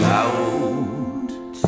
out